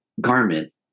garment